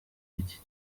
y’iki